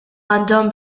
għandhom